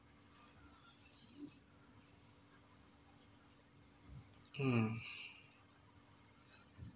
mm